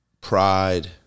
pride